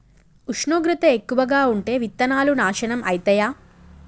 ఉష్ణోగ్రత ఎక్కువగా ఉంటే విత్తనాలు నాశనం ఐతయా?